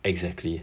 exactly